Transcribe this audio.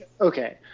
Okay